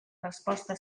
resposta